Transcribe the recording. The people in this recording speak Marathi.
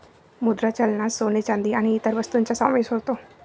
मुद्रा चलनात सोने, चांदी आणि इतर वस्तूंचा समावेश होतो